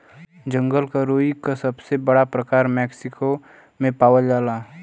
जंगल क रुई क सबसे बड़ा प्रकार मैक्सिको में पावल जाला